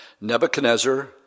Nebuchadnezzar